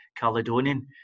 Caledonian